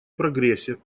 прогрессе